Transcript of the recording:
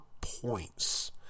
points